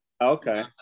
Okay